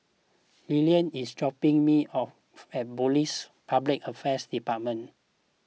Lillard is dropping me off at Police Public Affairs Department